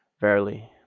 Verily